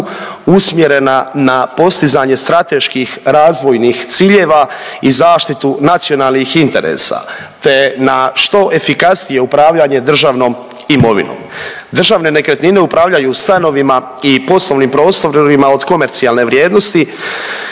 usmjerena na postizanje strateških razvojnih ciljeva i zaštitu nacionalnih interesa te na što efikasnije upravljanje državnom imovinom. Državne nekretnine upravljaju stanovima i poslovnim prostorima od komercijalne vrijednosti